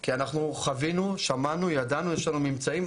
כי אנחנו חווינו, שמענו, ידענו, יש לנו ממצאים.